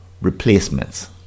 replacements